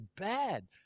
bad